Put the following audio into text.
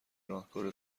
راهکار